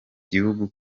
gihugu